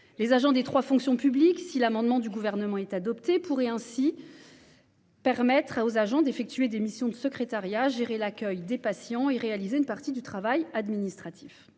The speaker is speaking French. Les agents des trois fonctions publiques, si l'amendement du Gouvernement était adopté, pourraient ainsi réaliser des tâches de secrétariat, gérer l'accueil des patients et effectuer une partie du travail administratif.